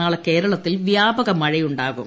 നാളെ കേരളത്തിൽ വ്യാപകമഴയുണ്ടാകും